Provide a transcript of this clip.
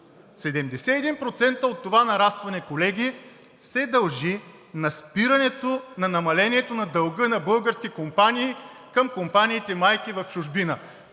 от това нарастване, колеги, се дължи на спирането на намалението на дълга на български компании към компаниите майки в чужбина.